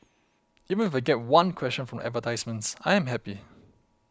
even if I get one question from the advertisements I am happy